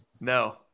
No